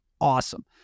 Awesome